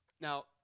Now